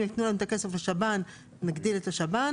ואם יתנו לנו את הכסף לשב"ן נגדיל את השב"ן.